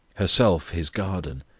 herself his garden,